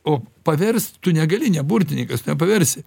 o paverst tu negali ne burtinikas tu nepaversi